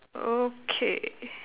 okay